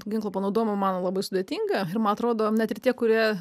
ginklo panaudojimo man labai sudėtinga ir man atrodo net ir tie kurie